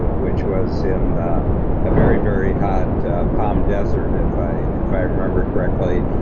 which was in a very, very hot palm desert, if i if i remember correctly,